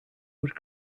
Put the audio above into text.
would